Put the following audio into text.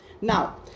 now